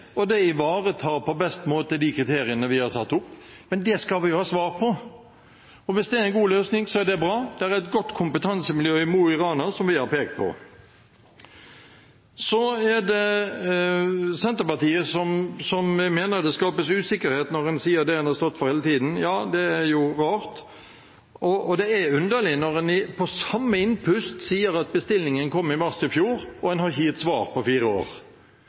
og det på best måte ivaretar de kriteriene vi har satt opp. Men det skal vi ha svar på, og hvis det er en god løsning, er det bra. Det er et godt kompetansemiljø i Mo i Rana, som vi har pekt på. Så er det Senterpartiet, som mener det skapes usikkerhet når en sier det en har stått for hele tiden. Det er jo rart, og det er underlig at en på samme innpust sier at bestillingen kom i mars i fjor og at en ikke har gitt svar på fire år.